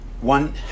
one